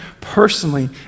personally